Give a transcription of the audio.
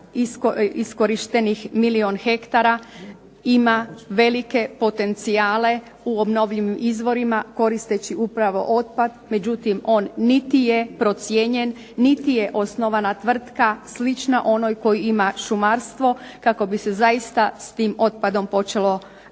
iskorištenih milijun hektara ima velike potencijale u obnovljivim izvorima koristeći upravo otpad, međutim, on niti je procijenjen, niti je osnovana tvrtka slična onoj koju ima šumarstvo kako bi se zaista s tim otpadom gospodariti.